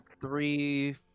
three